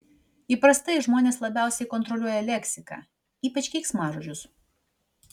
įprastai žmonės labiausiai kontroliuoja leksiką ypač keiksmažodžius